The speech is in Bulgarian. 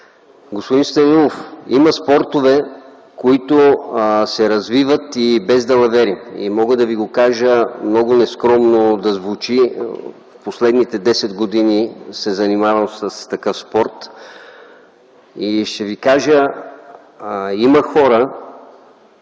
Господин Станилов, има спортове, които се развиват и без далавери. Може много нескромно да звучи, но в последните 10 години се занимавам с такъв спорт. Ще ви кажа, че има хора,